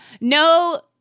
No